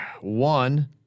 One